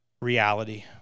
Reality